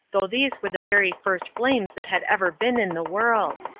though these were the very first flames that had ever been in the world.